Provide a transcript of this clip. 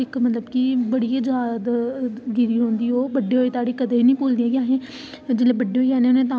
ओह् बनाना संतोलिया खेलना असें फ्ही ठीकरियां किट्ठियां करनियां फिर ओहदे बाद